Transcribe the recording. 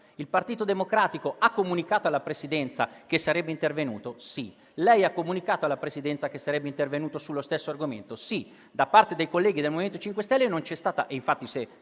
Il Partito Democratico ha comunicato alla Presidenza che sarebbe intervenuto? Sì. Lei ha comunicato alla Presidenza che sarebbe intervenuto sullo stesso argomento? Sì. Da parte dei colleghi del MoVimento 5 Stelle non c'è stata tale